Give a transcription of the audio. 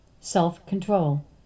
self-control